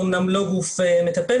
אמנם לא גוף מטפל,